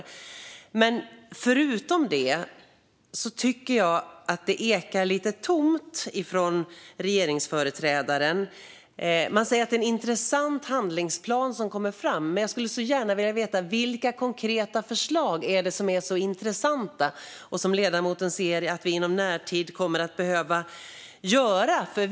Bortsett från detta ekar det lite tomt från regeringsföreträdaren. Han säger att det är en intressant handlingsplan som har tagits fram, men jag skulle vilja vet vilka konkreta förslag som är så intressanta och som ledamoten anser att vi inom närtid behöver införa.